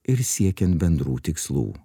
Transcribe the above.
ir siekian bendrų tikslų